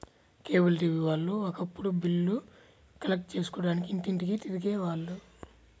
cable TV వాళ్ళు ఒకప్పుడు బిల్లులు కలెక్ట్ చేసుకోడానికి ఇంటింటికీ తిరిగే వాళ్ళు